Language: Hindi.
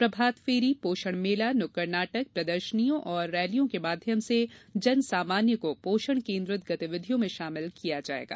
प्रभात फेरी पोषण मेला नुकड़ नाटक प्रदर्शनियों और रैलियों के माध्यम से जन सामान्य को पोषण केन्द्रित गतिविधियों में शामिल किया जायेगा